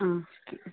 ആ ഓക്കെ